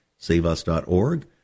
Saveus.org